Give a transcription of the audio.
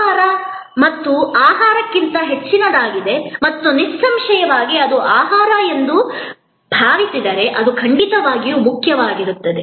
ಆಹಾರ ಮತ್ತು ಅಥವಾ ಅದು ಆಹಾರಕ್ಕಿಂತ ಹೆಚ್ಚಿನದಾಗಿದೆ ಮತ್ತು ನಿಸ್ಸಂಶಯವಾಗಿ ಅದು ಆಹಾರ ಎಂದು ನೀವು ಭಾವಿಸಿದರೆ ಅದು ಖಂಡಿತವಾಗಿಯೂ ಮುಖ್ಯವಾಗಿರುತ್ತದೆ